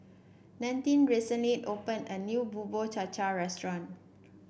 Nannette recently opened a new Bubur Cha Cha restaurant